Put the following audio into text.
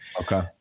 okay